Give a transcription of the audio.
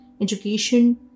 education